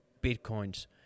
Bitcoins